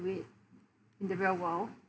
with the real world